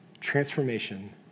transformation